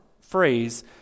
phrase